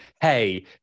hey